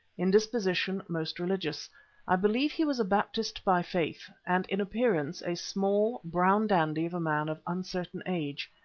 in disposition most religious i believe he was a baptist by faith, and in appearance a small, brown dandy of a man of uncertain age,